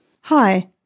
Hi